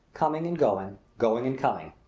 coming and going, going and coming.